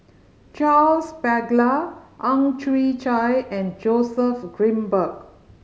Charles Paglar Ang Chwee Chai and Joseph Grimberg